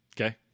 Okay